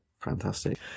Fantastic